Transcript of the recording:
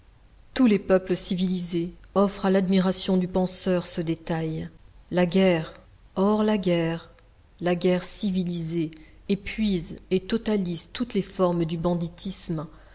tous les peuples civilisés offrent à l'admiration du penseur ce détail la guerre or la guerre la guerre civilisée épuise et totalise toutes les formes du banditisme